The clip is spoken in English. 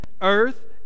earth